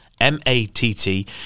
M-A-T-T